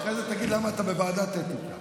אחרי זה תגיד למה אתה בוועדת אתיקה.